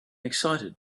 excited